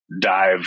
dive